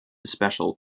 special